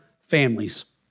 families